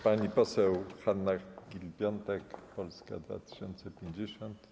Pani poseł Hanna Gill-Piątek, Polska 2050.